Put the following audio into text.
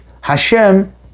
Hashem